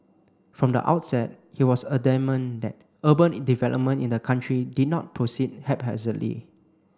from the outset he was adamant that urban development in the country did not proceed haphazardly